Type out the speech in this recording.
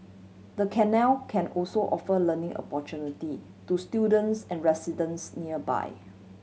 the canal can also offer learning opportunity to students and residents nearby